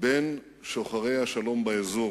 בין שוחרי השלום באזור.